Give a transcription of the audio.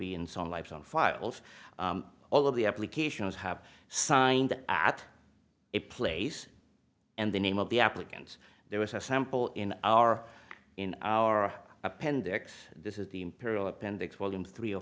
be in sunlight on files all of the applications have signed at a place and the name of the applicants there was a sample in our in our appendix this is the imperial appendix volume three o